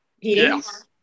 yes